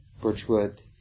Birchwood